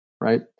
right